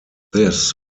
this